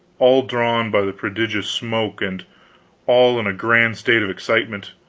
all drawn by the prodigious smoke, and all in a grand state of excitement.